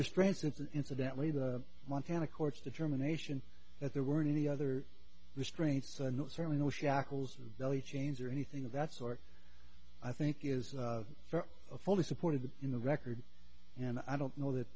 restraints and incidentally the montana courts determination that there weren't any other restraints and certainly no shackles belly chains or anything of that sort i think is a fully supported in the record and i don't know that